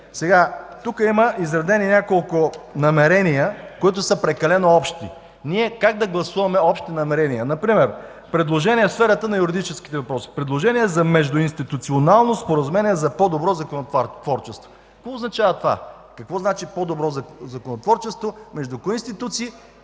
Тук има изредени няколко намерения, които са прекалено общи. Ние как да гласуваме общи намерения? Например предложение в сферата на юридическите въпроси: „Предложение за Междуинституционално споразумение за по-добро законотворчество”. Какво означава това?! Какво значи „по-добро законотворчество”? Между кои институции?